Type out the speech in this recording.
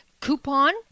coupon